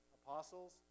apostles